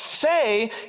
Say